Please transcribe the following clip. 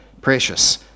Precious